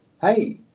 hey